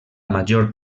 major